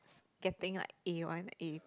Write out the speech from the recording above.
getting like a-one A